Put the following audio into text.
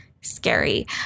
scary